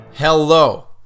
Hello